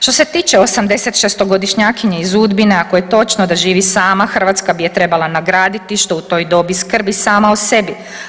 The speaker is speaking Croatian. Što se tiče 86-godišnjakinje iz Udbina ako je točno da živi sama Hrvatska bi je trebala nagraditi što u toj dobi skrbi sama o sebi.